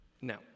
Now